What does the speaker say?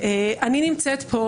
אני נמצאת פה,